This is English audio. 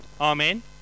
Amen